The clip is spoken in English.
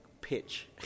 pitch